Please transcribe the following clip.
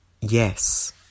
yes